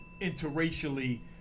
interracially